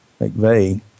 McVeigh